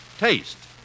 Taste